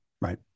Right